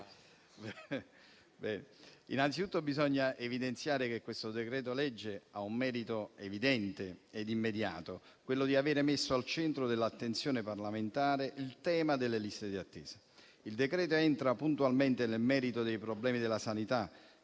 Innanzitutto, bisogna evidenziare che questo decreto-legge ha un merito evidente ed immediato: quello di aver messo al centro dell'attenzione parlamentare il tema delle liste di attesa. Il decreto-legge entra puntualmente nel merito dei problemi della sanità,